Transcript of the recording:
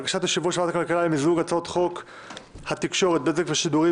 (יו"ר ועדת הפנים והגנת הסביבה): באנו על פי המלצת היועץ המשפטי.